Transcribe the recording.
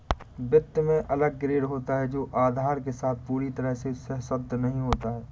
वित्त में अलग ग्रेड होता है जो आधार के साथ पूरी तरह से सहसंबद्ध नहीं होता है